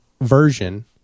version